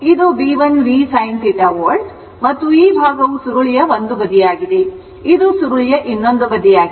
ಇದು Bl v sin θ volt ಮತ್ತು ಈ ಭಾಗವು ಸುರುಳಿಯ ಒಂದು ಬದಿಯಾಗಿದೆ ಇದು ಸುರುಳಿಯ ಇನ್ನೊಂದು ಬದಿಯಾಗಿದೆ